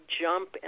jump